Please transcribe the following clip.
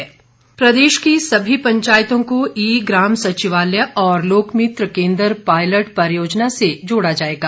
परियोजना प्रदेश की सभी पंचायतों को ई ग्राम सचिवालय और लोकमित्र केंद्र पायलट परियोजना से जोड़ा जाएगा